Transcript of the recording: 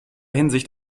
hinsicht